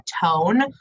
tone-